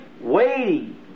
waiting